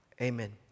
Amen